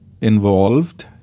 involved